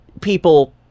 people